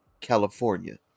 California